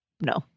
No